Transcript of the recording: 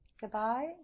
goodbye